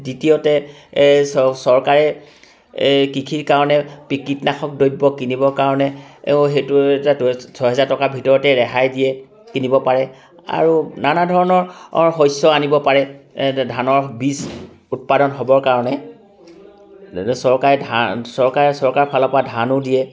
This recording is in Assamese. দ্বিতীয়তে চৰ চৰকাৰে এই কৃষিৰ কাৰণে কী কীটনাশক দ্ৰব্য কিনিবৰ কাৰণে সেইটো এটা ছহেজাৰ টকা ভিতৰতে ৰেহাই দিয়ে কিনিব পাৰে আৰু নানা ধৰণৰ অৰ শস্য আনিব পাৰে ধানৰ বীজ উৎপাদন হ'বৰ কাৰণে চৰকাৰে ধা চৰকাৰে চৰকাৰৰ ফালৰ পৰা ধানো দিয়ে